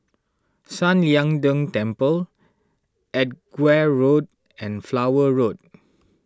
San Lian Deng Temple Edgware Road and Flower Road